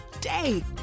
day